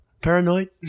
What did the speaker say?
paranoid